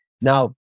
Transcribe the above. Now